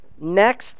Next